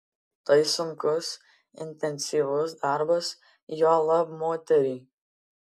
tai sunkus intensyvus darbas juolab moteriai